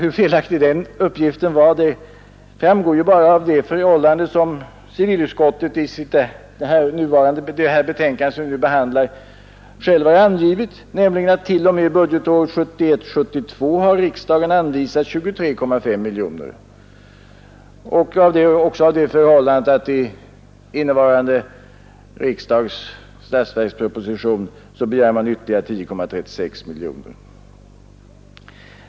Hur felaktig den uppgiften var framgår ju redan av det förhållande som civilutskottet i det betänkande vi nu behandlar självt har angivit, nämligen att riksdagen t.o.m. budgetåret 1971/72 har anvisat 23,5 miljoner kronor, men också av det faktum att man i innevarande års statsverksproposition begär ytterligare 10,36 miljoner kronor.